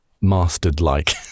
mastered-like